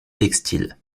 textile